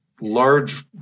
large